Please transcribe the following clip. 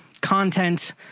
content